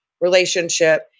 relationship